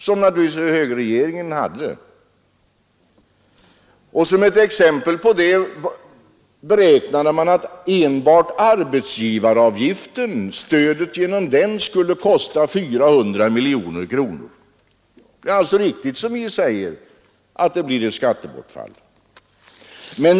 Som ett exempel kan jag nämna att man beräknade att enbart stödet genom arbetsgivaravgiften skulle kosta 400 miljoner kronor. Det är alltså riktigt som vi säger att det blir skattebortfall.